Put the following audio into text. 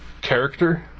character